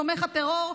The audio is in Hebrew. תומך הטרור,